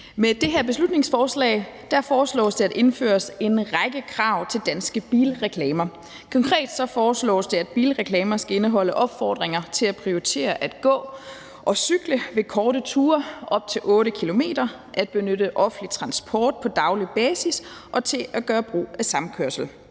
Med det her beslutningsforslag foreslås det at indføre en række krav til danske bilreklamer. Konkret foreslås det, at bilreklamer skal indeholde opfordringer til at prioritere at gå og cykle ved korte ture op til 8 km, at benytte offentlig transport på daglig basis og til at gøre brug af samkørsel.